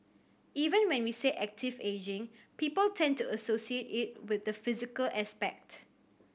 even when we say active ageing people tend to associate it with the physical aspect